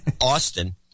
Austin